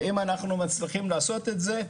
ואם אנחנו מצליחים לעשות את זה,